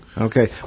Okay